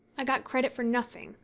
i got credit for nothing,